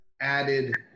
added